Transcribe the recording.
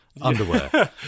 underwear